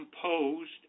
composed